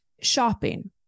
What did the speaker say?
shopping